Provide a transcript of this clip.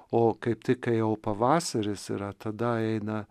o kaip tik kai jau pavasaris yra tada eina